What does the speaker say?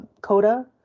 Coda